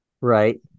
right